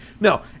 No